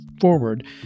forward